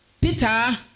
Peter